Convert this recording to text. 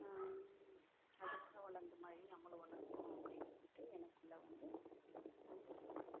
அதுங்களும் வளர்ந்த மாதிரி நம்மளும் வளரணும் அப்படின்ட்டு எனக்குள்ள வந்து